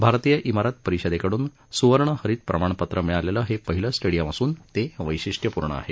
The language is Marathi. भारतीय ज्ञारत परिषदेकडून सुवर्ण हरित प्रमाणपत्र मिळालेले हे पहिले स्टिडिअम असून ते वैशिष्टपूर्ण आहे